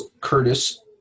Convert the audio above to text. Curtis